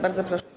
Bardzo proszę.